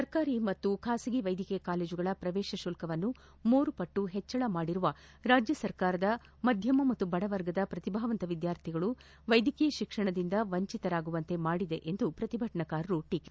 ಸರ್ಕಾರಿ ಮತ್ತು ಖಾಸಗಿ ವೈದ್ಯಕೀಯ ಕಾಲೇಜುಗಳ ಪ್ರವೇತ ಶುಲ್ಲವನ್ನು ಮೂರು ಪಟ್ಟು ಹೆಚ್ಚಳ ಮಾಡಿರುವ ರಾಜ್ಯ ಸರ್ಕಾರ ಮಧ್ಯಮ ಮತ್ತು ಬಡವರ್ಗದ ಪ್ರತಿಭಾವಂತ ವಿದ್ಯಾರ್ಥಿಗಳು ವೈದ್ಯಕೀಯ ಶಿಕ್ಷಣದಿಂದ ವಂಚಿತರಾಗುವಂತೆ ಮಾಡಿದೆ ಎಂದು ಪ್ರತಿಭಟನಾಕಾರರು ಟೀಕಿಸಿದರು